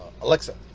Alexa